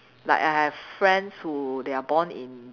like I have friends who they are born in